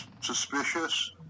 suspicious